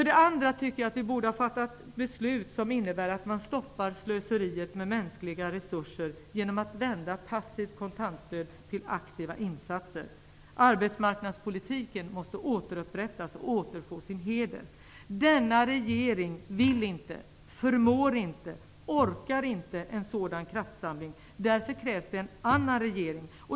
Dessutom tycker jag att vi borde ha fattat beslut som innebär att man stoppar slöseriet med mänskliga resurser genom att vända passivt kontantstöd till aktiva insatser. Arbetsmarknadspolitiken måste återupprättas och återfå sin heder. Denna regering vill inte, förmår inte och orkar inte en sådan kraftsamling. Därför krävs det en annan regering.